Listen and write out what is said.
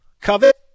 covet